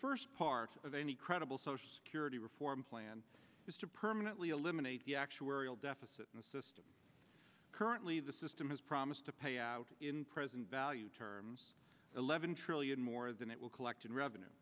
first part of any credible social security reform plan is to permanently eliminate the actuarial deficit in the system currently the system has promised to pay out in present value terms eleven trillion more than it will collect in revenue